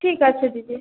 ঠিক আছে দিদি